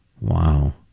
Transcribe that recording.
Wow